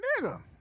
nigga